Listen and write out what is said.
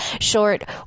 short